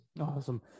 Awesome